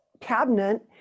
cabinet